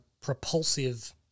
propulsive